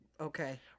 Okay